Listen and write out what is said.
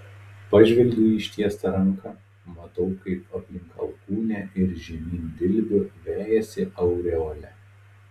pažvelgiu į ištiestą ranką matau kaip aplink alkūnę ir žemyn dilbiu vejasi aureolė